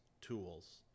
tools